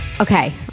Okay